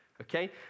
okay